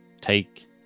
take